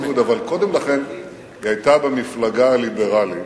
1988. אבל קודם לכן היא היתה במפלגה הליברלית,